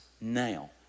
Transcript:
now